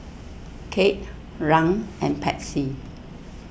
Kate Rand and Patsy